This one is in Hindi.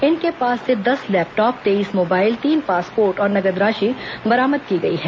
इनके पास से दस लैपटॉप तेईस मोबाइल तीन पासपोर्ट और नगद राशि बरामद किए गए हैं